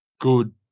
good